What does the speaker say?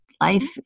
Life